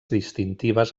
distintives